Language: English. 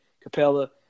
Capella